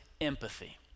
empathy